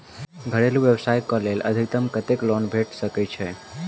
घरेलू व्यवसाय कऽ लेल अधिकतम कत्तेक लोन भेट सकय छई?